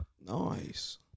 Nice